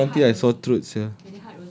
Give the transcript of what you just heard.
make me talk until I sore throat sia